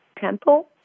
temple